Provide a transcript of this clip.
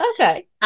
Okay